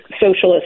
socialist